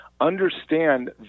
understand